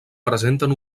presenten